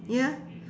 ya